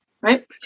right